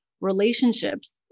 relationships